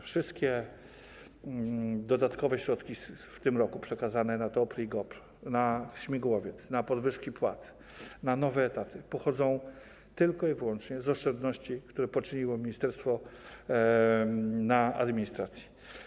Wszystkie dodatkowe środki przekazane w tym roku na TOPR i GOPR, na śmigłowiec, na podwyżki płac, na nowe etaty pochodzą tylko i wyłącznie z oszczędności, które poczyniło ministerstwo na administracji.